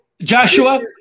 Joshua